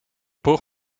boeg